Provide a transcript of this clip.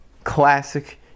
Classic